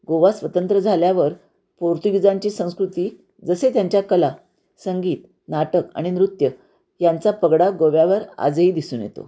गोवा स्वतंत्र झाल्यावर पोर्तुगिजांची संस्कृती जसे त्यांच्या कला संगीत नाटक आणि नृत्य यांचा पगडा गोव्यावर आजही दिसून येतो